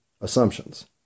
assumptions